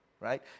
right